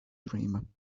dream